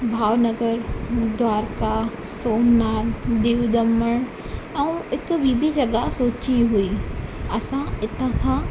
भावनगर द्वारका सोमनाथ दीव दमण ऐं हिकु ॿी बि जॻह सोची हुई असां हितां खां